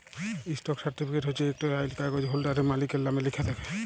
stock certificate হছে ইকট আইল কাগ্যইজ হোল্ডারের, মালিকের লামে লিখ্যা থ্যাকে